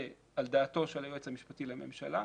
ועל דעתו של היועץ המשפטי לממשלה,